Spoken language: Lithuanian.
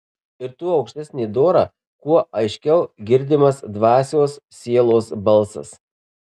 ir tuo aukštesnė dora kuo aiškiau girdimas dvasios sielos balsas